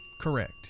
correct